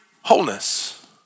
wholeness